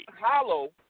hollow